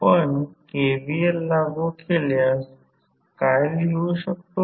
आपण KVL लागू केल्यास आपण काय लिहू शकतो